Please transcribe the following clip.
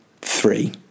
three